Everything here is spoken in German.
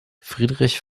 friedrich